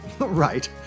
Right